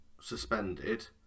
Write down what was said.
suspended